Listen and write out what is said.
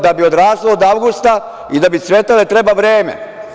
Da bi odraslo od avgusta i da bi cvetale treba vreme.